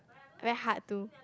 very hard to